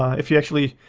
if you actually.